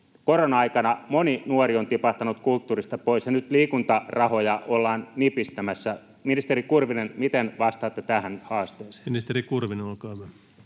Korona-aikana moni nuori on tipahtanut kulttuurista pois, ja nyt liikuntarahoja ollaan nipistämässä. Ministeri Kurvinen, miten vastaatte tähän haasteeseen?